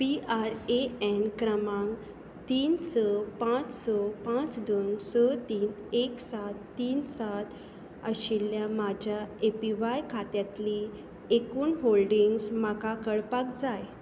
P R A N क्रमांक तीन स पांच स पाच दोन स तीन एक सात तीन सात आशिल्ल्या म्हज्या ए पी व्हाय खात्यांतली एकुण होल्डिंग्स म्हाका कळपाक जाय